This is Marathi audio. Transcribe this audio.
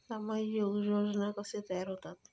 सामाजिक योजना कसे तयार होतत?